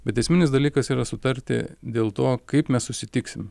bet esminis dalykas yra sutarti dėl to kaip mes susitiksim